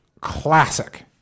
classic